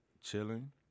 chilling